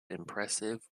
impressive